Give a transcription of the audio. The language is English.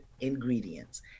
ingredients